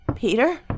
Peter